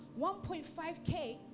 1.5K